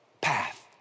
path